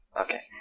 Okay